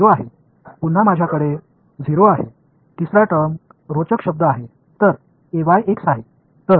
மீண்டும் என்னிடம் ஒரு 0 உள்ளது மூன்றாவது டெர்ம் மிகவும் சுவாரஸ்யமானது